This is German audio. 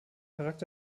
charakter